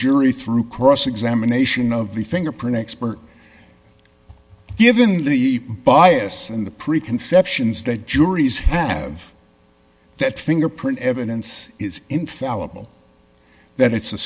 jury through cross examination of the fingerprint expert given the bias in the preconceptions that juries have that fingerprint evidence is infallible that it's a